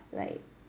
like